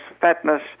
fatness